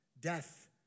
Death